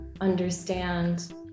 understand